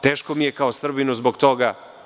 Teško mi je kao Srbinu zbog toga.